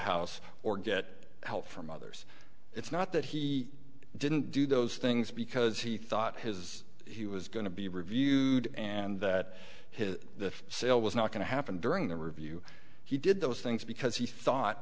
house or get help from others it's not that he didn't do those things because he thought his he was going to be reviewed and that his the sale was not going to happen during the review he did those things because he thought